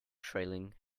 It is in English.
trailing